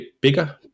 bigger